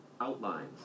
Outlines